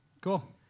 Cool